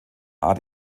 art